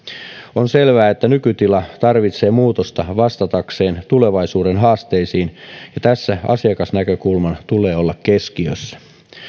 on selvää että nykytila tarvitsee muutosta vastatakseen tulevaisuuden haasteisiin ja tässä asiakasnäkökulman tulee olla keskiössä